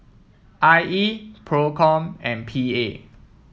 I E Procom and P A